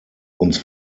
uns